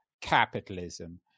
capitalism